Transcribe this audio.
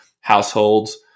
households